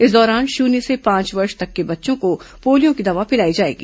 इस दौरान शून्य से पांच वर्ष तक के बच्चों को पोलियो की दवा पिलाई जाएगी